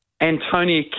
Antonia